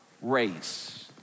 race